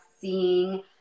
seeing